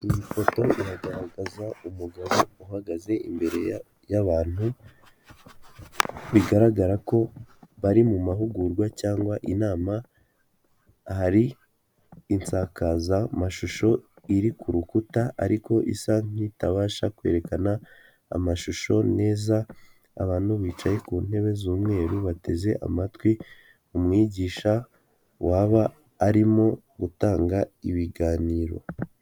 Iyi foto iragaragaza umugabo uhagaze imbere y'abantu, bigaragara ko bari mu mahugurwa cyangwa inama, hari insakazamashusho iri ku rukuta ariko isa n'itabasha kwerekana amashusho neza, abantu bicaye ku ntebe z'umweru bateze amatwi umwigisha waba arimo gutanga ibiganiro.